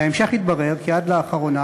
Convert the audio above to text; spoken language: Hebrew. בהמשך התברר כי עד לאחרונה,